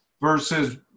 versus